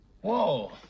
Whoa